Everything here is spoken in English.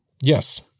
Yes